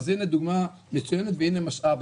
אז הנה דוגמה מצוינת והנה משאב.